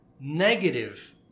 negative